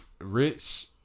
rich